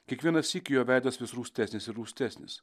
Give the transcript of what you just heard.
kiekvieną sykį jo veidas vis rūstesnis ir rūstesnis